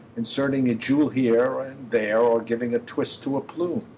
inserting a jewel here and there or giving a twist to a plume.